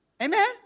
Amen